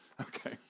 Okay